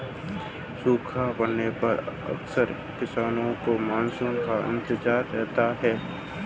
सूखा पड़ने पर अक्सर किसानों को मानसून का इंतजार रहता है